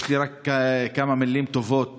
יש לי רק כמה מילים טובות